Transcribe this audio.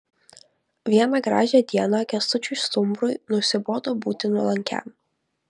vieną gražią dieną kęstučiui stumbrui nusibodo būti nuolankiam